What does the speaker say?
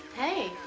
hey.